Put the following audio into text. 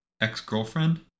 ex-girlfriend